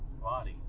body